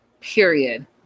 period